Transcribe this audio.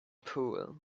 pool